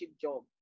job